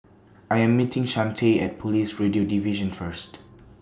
I Am meeting Shante At Police Radio Division First